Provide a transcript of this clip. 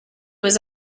was